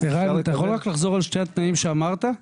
ערן, אתה יכול לחזור על שני התנאים שאמרת?